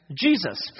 Jesus